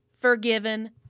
Forgiven